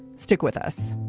stick with us